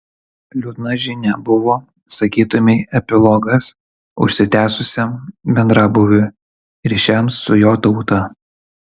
liūdna žinia buvo sakytumei epilogas užsitęsusiam bendrabūviui ryšiams su jo tauta